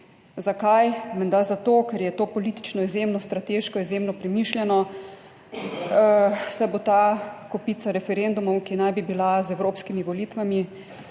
Zakaj? Menda zato, ker je to politično izjemno strateško izjemno premišljeno. Saj bo ta kopica referendumov, ki naj bi bila z evropskimi volitvami